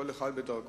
כל אחד בדרכו,